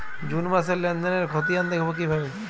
June মাসের লেনদেনের খতিয়ান দেখবো কিভাবে?